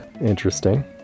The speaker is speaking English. Interesting